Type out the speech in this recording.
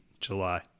July